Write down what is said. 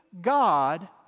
God